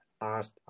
asked